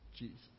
Jesus